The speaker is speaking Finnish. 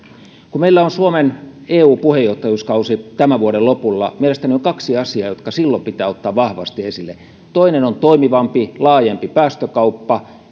kun meillä on suomen eu puheenjohtajuuskausi tämän vuoden lopulla mielestäni on kaksi asiaa jotka silloin pitää ottaa vahvasti esille toinen on toimivampi laajempi päästökauppa